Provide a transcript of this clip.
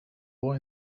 boy